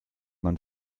man